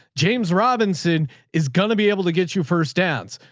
james robinson is going to be able to get you first dance,